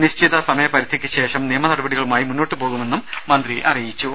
നിശ്ചിത സമയ പരിധിക്കുശേഷം നിയമ നടപടികളുമായി മുന്നോട്ടുപോകുമെന്നും മന്ത്രി അറിയിച്ചു